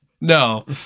No